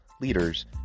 leaders